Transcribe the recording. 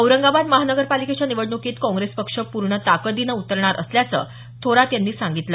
औरंगाबाद महापालिकेच्या निवडणुकीत काँग्रेस पक्ष पूर्ण ताकदीनं उतरणार असल्याचं थोरात यांनी सांगितलं